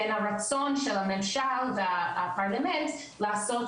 בין הרצון של הממשל והפרלמנט לעשות